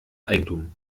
eigentum